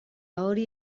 hori